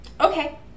Okay